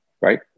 Right